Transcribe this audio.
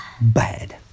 bad